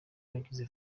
bagize